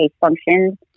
function